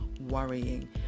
worrying